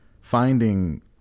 finding